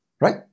Right